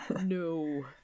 No